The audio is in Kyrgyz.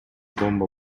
бомба